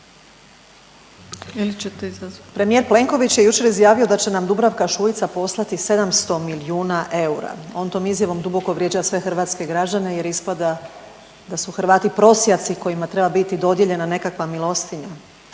Premijer Plenković je jučer izjavio da će nam Dubravka Šuica poslati 700 milijuna eura, on tom izjavom duboko vrijeđa sve hrvatske građane jer ispada da su Hrvati prosjaci kojima treba biti dodijeljena nekakva milostinja,